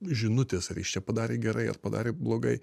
žinutės reiškia padarė gerai ar padarė blogai